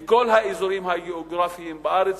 לכל האזורים הגיאוגרפיים בארץ,